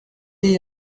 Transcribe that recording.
iyi